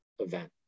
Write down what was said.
event